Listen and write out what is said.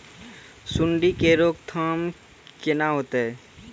सुंडी के रोकथाम केना होतै?